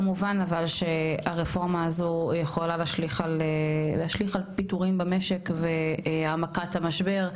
כמובן אבל שהרפורמה הזו יכול להשליך על פיטורים במשק והעמקת המשבר,